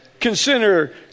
Consider